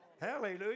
Hallelujah